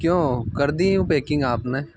क्यों कर दिए पॅकिंग आपने